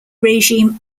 regime